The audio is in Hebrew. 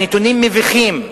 הנתונים מביכים,